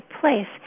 place